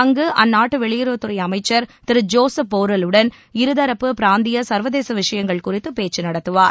அங்கு அழநாட்டு வெளியுறவுத்துறை அமைச்சர் திரு ஜோசப் போரல் உடன் இருதரப்பு பிராந்திய சர்வதேச விஷயங்கள் குறித்து பேச்சு நடத்துவார்